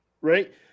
right